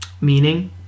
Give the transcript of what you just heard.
Meaning